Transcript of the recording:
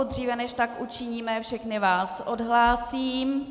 Dříve než tak učiníme, všechny vás odhlásím.